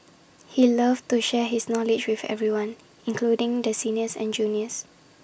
he loved to share his knowledge with everyone including the seniors and juniors